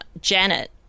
Janet